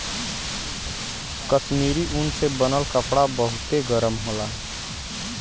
कश्मीरी ऊन से बनल कपड़ा बहुते गरम होला